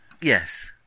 Yes